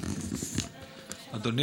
סדר דוברים.